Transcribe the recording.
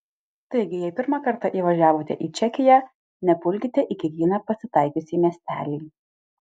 taigi jei pirmą kartą įvažiavote į čekiją nepulkite į kiekvieną pasitaikiusį miestelį